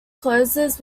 closes